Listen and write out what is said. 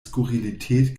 skurrilität